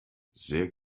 sehr